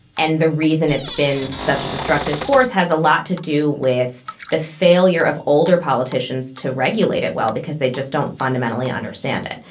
and the reason it's been such a destructive force has a lot to do with the failure of older politicians to regulate it well, because they just don't fundamentally understand it.